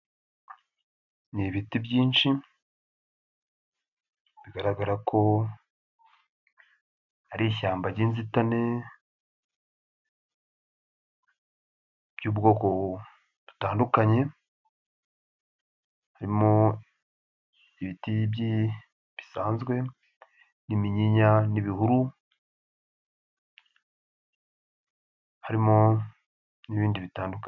Ni ibiti byinshi bigaragara ko ari ishyamba ry'inzitane, by'ubwoko butandukanye, harimo ibiti bisanzwe n'iminyinya n'ibihuru, harimo n'ibindi bitandukanye.